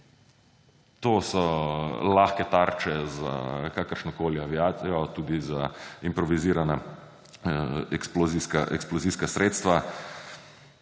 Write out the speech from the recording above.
To so lahke tarče za kakršnokoli aviacijo, tudi za improvizirana eksplozijska sredstva,